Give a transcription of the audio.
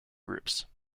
groups